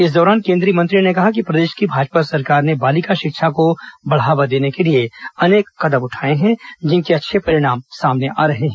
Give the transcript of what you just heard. इस दौरान केंद्रीय मंत्री ने कहा कि प्रदेश की भाजपा सरकार ने बालिका शिक्षा को बढ़ावा देने के लिए अनेक कदम उठाए हैं जिनके अच्छे परिणाम सामने आ रहे हैं